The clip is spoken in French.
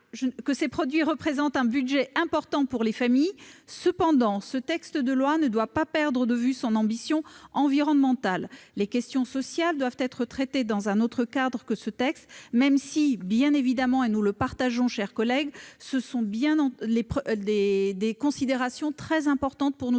que ces produits représentent un budget important pour les familles. Cependant, ce texte de loi ne doit pas perdre de vue son ambition environnementale. Les questions sociales doivent être traitées dans un autre cadre que ce texte, même si, bien évidemment, et nous le partageons, cher collègue, ce sont des considérations très importantes pour nous